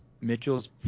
Mitchell's